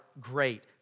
great